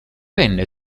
venne